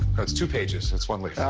it's two pages. it's one leaf.